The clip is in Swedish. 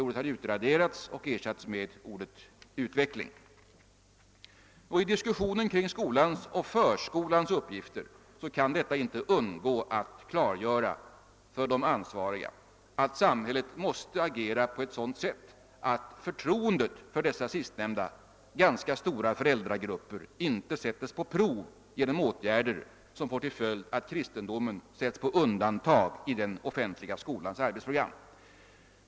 Ordet har utraderats och ersatts med ordet »utveckling». I diskussionen kring skolans och förskolans uppgifter kan detta undersökningsresultatet inte undgå att klargöra för de ansvariga att samhället måste agera på ett sådant sätt att förtroendet från dessa sistnämnda, ganska stora föräldragrupper icke sätts på prov genom åtgärder som får till följd att kristendomen sätts på undantag i den offentliga skolans arbetsprogram.